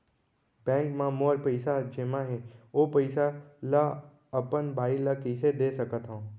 Bank म मोर पइसा जेमा हे, ओ पइसा ला अपन बाई ला कइसे दे सकत हव?